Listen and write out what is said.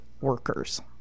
workers